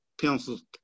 pencils